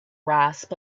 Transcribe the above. rasp